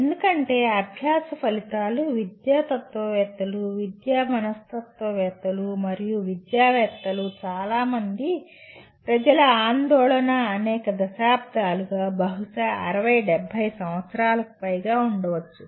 ఎందుకంటే అభ్యాస ఫలితాలు విద్యావేత్తలు విద్య మనస్తత్వవేత్తలు మరియు చాలా మంది ప్రజల ఆందోళన అనేక దశాబ్దాలుగా బహుశా 60 70 సంవత్సరాలకు పైగా ఉండవచ్చు